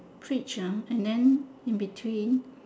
preach ah and then in between